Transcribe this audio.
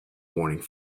morning